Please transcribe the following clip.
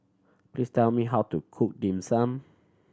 please tell me how to cook Dim Sum